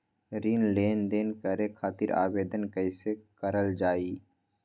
ऋण लेनदेन करे खातीर आवेदन कइसे करल जाई?